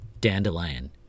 dandelion